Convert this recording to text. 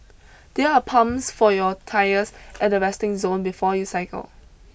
there are pumps for your tyres at the resting zone before you cycle